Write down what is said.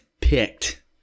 picked